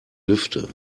lüfte